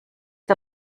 der